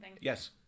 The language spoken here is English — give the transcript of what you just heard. yes